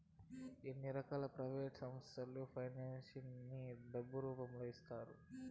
ఎన్నో రకాల ప్రైవేట్ సంస్థలు ఫైనాన్స్ ని డబ్బు రూపంలో ఇస్తాయి